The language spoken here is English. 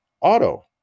auto